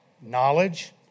knowledge